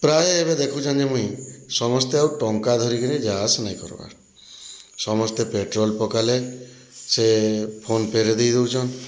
ପ୍ରାୟ ଏବେ ଦେଖୁଛନ୍ତି ମୁଇଁ ସମସ୍ତେ ଆଉ ଟଙ୍କା ଧରିକିରି ଯା ଆସ ନାହିଁ କରବାର ସମସ୍ତେ ପେଟ୍ରୋଲ ପକାଇଲେ ସେ ଫୋନପେରେ ଦେଇ ଦଉଛନ୍